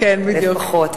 לפחות,